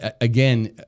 again